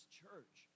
church